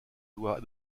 doit